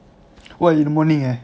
what you in the morning eh